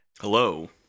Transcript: Hello